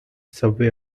subway